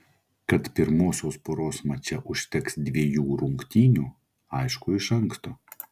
kad pirmosios poros mače užteks dvejų rungtynių aišku iš anksto